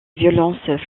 violence